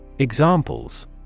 Examples